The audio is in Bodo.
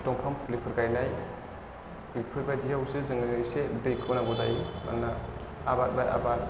दंफां फुलिफोर गायनाय बेफोरबायदि आवसो जोङो एसे दैखौ नांगौ जायो मानोना आबाद बाइ आबाद